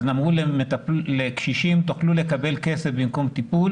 אמרו לקשישים 'תוכלו לקבל כסף במקום טיפול'